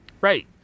Right